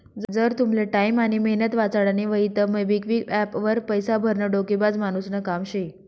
जर तुमले टाईम आनी मेहनत वाचाडानी व्हयी तं मोबिक्विक एप्प वर पैसा भरनं डोकेबाज मानुसनं काम शे